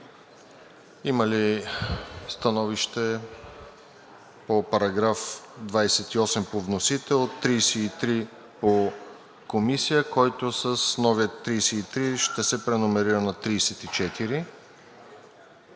Има ли становище по § 28 по вносител; § 33 по Комисията, който с новия § 33 ще се преномерира на § 34?